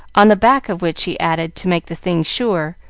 on the back of which he added, to make the thing sure,